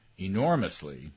enormously